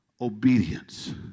obedience